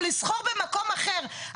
או לשכור במקום אחר,